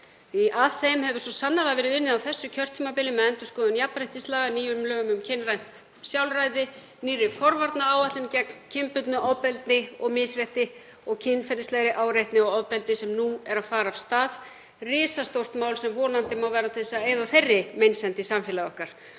að að þeim hefur svo sannarlega verið unnið á þessu kjörtímabili með endurskoðun jafnréttislaga, nýjum lögum um kynrænt sjálfræði, nýrri forvarnaáætlun gegn kynbundnu ofbeldi og misrétti og kynferðislegri áreitni og ofbeldi, sem nú er að fara af stað. Risastórt mál sem verður vonandi til að eyða þeirri meinsemd í samfélagi okkar.